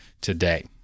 today